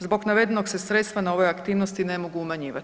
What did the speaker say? Zbog navedenog se sredstva na ovoj aktivnosti ne mogu umanjivati.